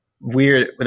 weird